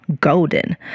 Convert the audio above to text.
golden